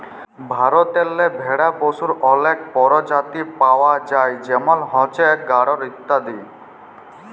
ভারতেল্লে ভেড়া পশুর অলেক পরজাতি পাউয়া যায় যেমল হছে গাঢ়ল ইত্যাদি